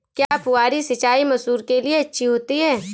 क्या फुहारी सिंचाई मसूर के लिए अच्छी होती है?